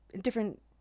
different